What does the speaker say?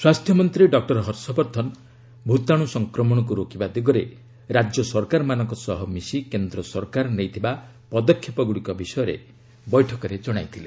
ସ୍ୱାସ୍ଥ୍ୟ ମନ୍ତ୍ରୀ ଡକ୍ଟର ହର୍ଷବର୍ଦ୍ଧନ ଭୂତାଣୁ ସଂକ୍ରମଣକୁ ରୋକିବା ଦିଗରେ ରାଜ୍ୟ ସରକାରମାନଙ୍କ ସହ ମିଶି କେନ୍ଦ୍ର ସରକାର ନେଇଥିବା ପଦକ୍ଷେପଗୁଡ଼ିକ ବିଷୟରେ ବୈଠକରେ ଜଣାଇଥିଲେ